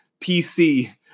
PC